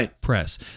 press